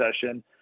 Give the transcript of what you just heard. session